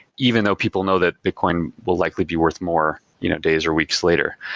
even though people know that bitcoin will likely be worth more you know days or weeks later.